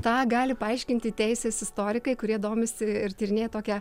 tą gali paaiškinti teisės istorikai kurie domisi ir tyrinėja tokią